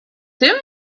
tym